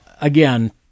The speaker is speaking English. again